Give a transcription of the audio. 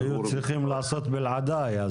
היו צריכים לעשות את זה בלעדיי.